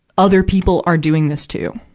other people are doing this, too,